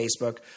Facebook